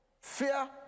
fear